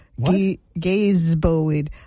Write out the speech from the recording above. Gazeboed